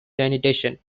sanitation